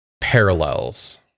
parallels